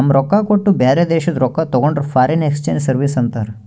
ನಮ್ ರೊಕ್ಕಾ ಕೊಟ್ಟು ಬ್ಯಾರೆ ದೇಶಾದು ರೊಕ್ಕಾ ತಗೊಂಡುರ್ ಫಾರಿನ್ ಎಕ್ಸ್ಚೇಂಜ್ ಸರ್ವೀಸ್ ಅಂತಾರ್